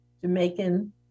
Jamaican